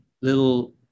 little